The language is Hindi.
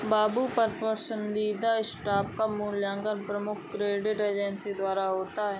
बाबू पसंदीदा स्टॉक का मूल्यांकन प्रमुख क्रेडिट एजेंसी द्वारा होता है